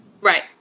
Right